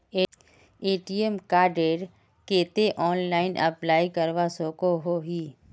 ATM कार्डेर केते online apply करवा सकोहो ही?